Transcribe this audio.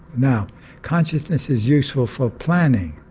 now consciousness is useful for planning.